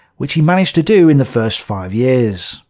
which he managed to do in the first five years.